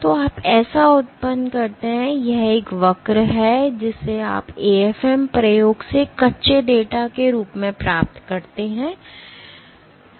तो आप ऐसा उत्पन्न करते हैं यह एक वक्र है जिसे आप AFM प्रयोग से कच्चे डेटा के रूप में प्राप्त करते हैं